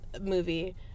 movie